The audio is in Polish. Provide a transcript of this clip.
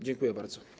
Dziękuję bardzo.